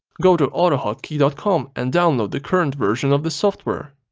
go to autohotkey dot com and download the current version of the software.